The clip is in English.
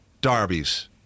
derbies